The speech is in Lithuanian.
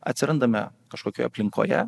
atsirandame kažkokioje aplinkoje